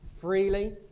freely